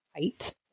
height